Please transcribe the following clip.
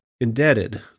indebted